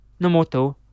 Nomoto